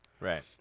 Right